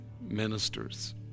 ministers